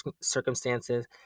circumstances